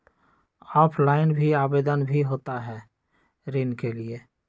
Offline भी आवेदन भी होता है ऋण के लिए?